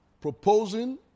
proposing